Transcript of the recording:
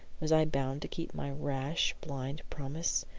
was i bound to keep my rash, blind promise?